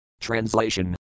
Translation